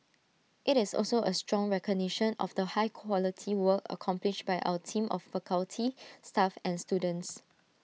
IT is also A strong recognition of the high quality work accomplished by our team of faculty staff and students